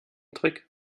trick